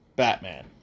Batman